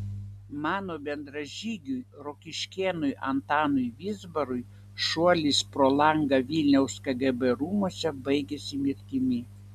mano bendražygiui rokiškėnui antanui vizbarui šuolis pro langą vilniaus kgb rūmuose baigėsi mirtimi